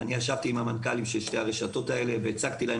ישבתי עם המנכ"לים של שתי הרשתות האלה והצגתי להם